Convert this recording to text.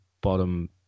bottom